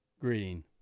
greeting